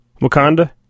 Wakanda